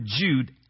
Jude